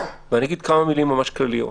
אני אגיד כמה מילים ממש כלליות.